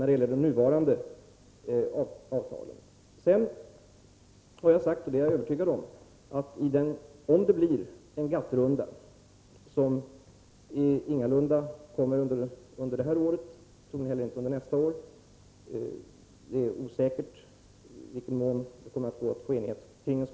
Om det blir en GATT-runda, kommer nord-sydfrågorna och minskningen av handelshindren när det gäller u-länderna att vara en av de huvudfrågor som Sverige kommer att driva aktivt.